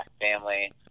family